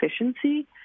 efficiency